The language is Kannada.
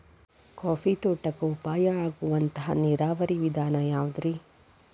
ಕಾಫಿ ತೋಟಕ್ಕ ಉಪಾಯ ಆಗುವಂತ ನೇರಾವರಿ ವಿಧಾನ ಯಾವುದ್ರೇ?